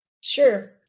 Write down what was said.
Sure